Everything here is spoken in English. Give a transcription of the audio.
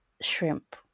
shrimp